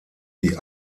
die